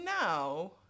now